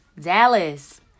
Dallas